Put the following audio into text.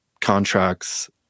contracts